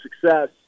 success